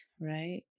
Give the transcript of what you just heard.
right